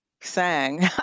sang